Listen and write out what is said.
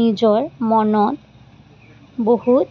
নিজৰ মনত বহুত